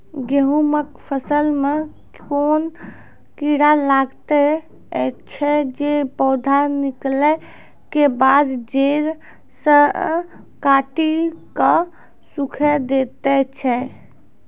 गेहूँमक फसल मे कून कीड़ा लागतै ऐछि जे पौधा निकलै केबाद जैर सऽ काटि कऽ सूखे दैति छै?